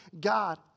God